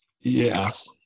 Yes